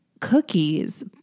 cookies